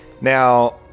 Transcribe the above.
Now